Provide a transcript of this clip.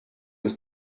ist